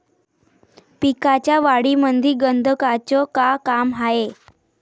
पिकाच्या वाढीमंदी गंधकाचं का काम हाये?